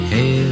Hey